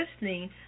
listening